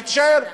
שתישאר,